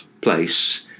place